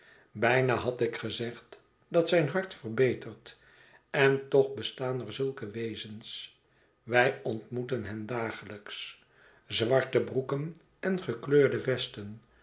bijna had ik gezegd dat zijn hart verbetert en toch bestaan er zulke wezens wij ontmoeten hen dagelijks zwarte broeken en gekleurde vesten